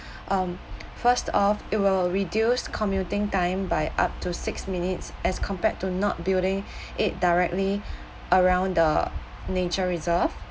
um first off it will reduce commuting time by up to six minutes as compared to not building eight directly around the nature reserve